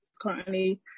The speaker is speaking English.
currently